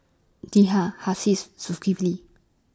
Dhia Hasif Zulkifli